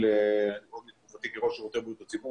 עוד מתקופתי כראש שירותי בריאות הציבור,